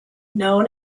known